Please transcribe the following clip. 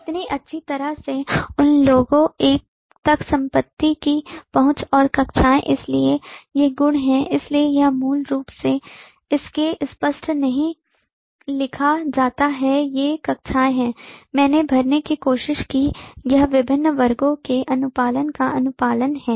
इतनी अच्छी तरह से उन लोगों तक संपत्ति की पहुंच और कक्षाएं इसलिए ये गुण हैं इसलिए यह मूल रूप से इसके स्पष्ट नहीं लिखा जाता है ये कक्षाएं हैं मैंने भरने की कोशिश की यह विभिन्न वर्गों के अनुपालन का अनुपालन है